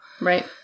Right